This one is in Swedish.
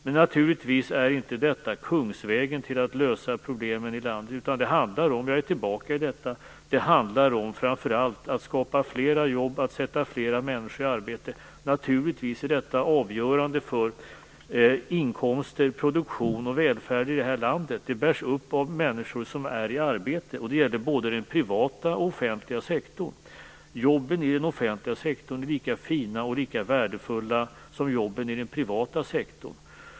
Men naturligtvis är inte detta kungsvägen till att lösa problemen i landet. Vad det handlar om - jag är tillbaka vid detta - är framför allt att skapa fler jobb, att sätta fler människor i arbete. Naturligtvis är detta avgörande för inkomster, produktion och välfärd i det här landet. Det bärs upp av människor som är i arbete. Det gäller både den privata och den offentliga sektorn. Jobben i den offentliga sektorn är lika fina och lika värdefulla som jobben i den privata sektorn.